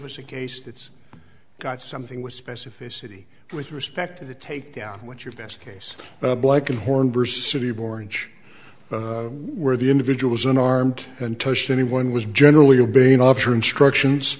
us a case that's got something with specificity with respect to the take down what's your best case like in horn versus city of orange where the individual is unarmed untouched anyone was generally obeying officer instructions